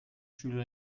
schüler